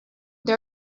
der